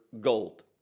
gold